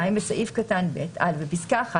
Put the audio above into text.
בסעיף קטן (ב) - בפסקה (1),